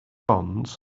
bonds